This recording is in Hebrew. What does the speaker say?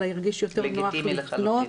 אלא הרגיש יותר נוח 'לפנות',